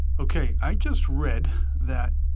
ok i just read that